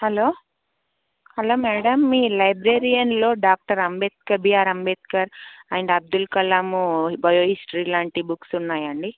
hello hello madam మీ లైబ్రరీలో doctor Ambedkar BR Ambedkar and Abdul Kalam bio history లాంటి బుక్స్ ఉన్నాయా అండి